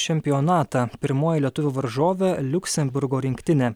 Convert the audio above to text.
čempionatą pirmoji lietuvių varžovė liuksemburgo rinktinė